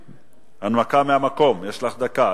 הנמקה מהמקום, יש לך דקה.